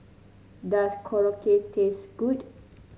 does Korokke taste good